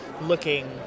looking